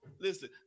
listen